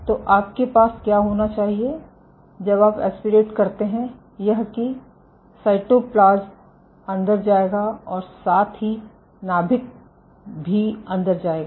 तो आपके पास क्या होना चाहिए जब आप एस्पिरेट करते हैं यह कि साइटोप्लाज्म अंदर जाएगा और साथ ही नाभिक भी अंदर जाएगा